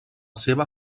seva